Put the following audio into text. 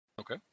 Okay